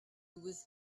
with